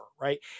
right